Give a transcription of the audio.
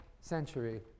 century